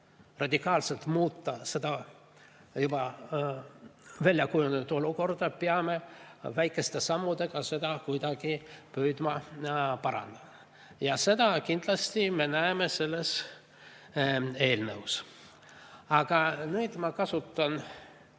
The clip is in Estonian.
radikaalselt muuta seda juba väljakujunenud olukorda, peame püüdma väikeste sammudega seda kuidagi parandada. Ja seda kindlasti me näeme selles eelnõus. Aga nüüd ma kasutan